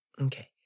Okay